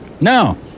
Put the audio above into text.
No